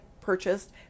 purchased